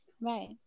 Right